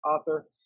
author